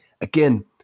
again